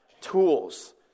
tools